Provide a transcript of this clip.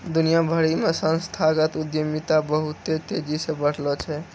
दुनिया भरि मे संस्थागत उद्यमिता बहुते तेजी से बढ़लो छै